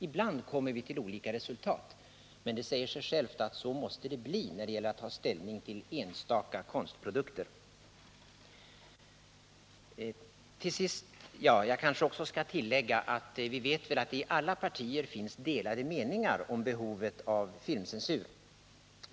Ibland kommer vi till olika resultat, men det säger sig självt att det måste bli på det sättet när det gäller att ta ställning till enstaka konstprodukter. F. ö. vet vi att det i alla partier finns delade meningar om behovet av filmcensur.